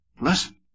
Listen